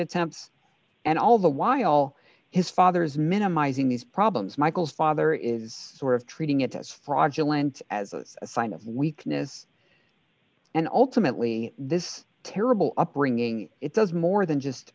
attempts and all the while his father's minimizing these problems michael's father is sort of treating it as fraudulent as a sign of weakness and ultimately this terrible upbringing it does more than just